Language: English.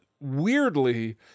weirdly